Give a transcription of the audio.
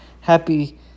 Happy